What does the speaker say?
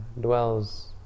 dwells